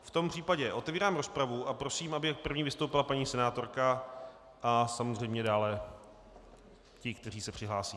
V tom případě otevírám rozpravu a prosím, aby první vystoupila paní senátorka a samozřejmě dále ti, kteří se přihlásí.